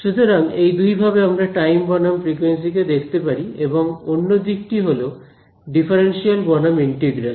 সুতরাং এই দুই ভাবে আমরা টাইম বনাম ফ্রিকুয়েন্সি কে দেখতে পারি এবং অন্য দিকটি হল ডিফারেনশিয়াল বনাম ইন্টিগ্রাল